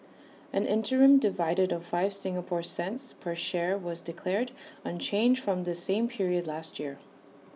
an interim dividend of five Singapore cents per share was declared unchanged from the same period last year